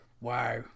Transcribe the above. wow